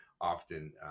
often